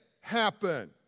happen